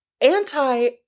Anti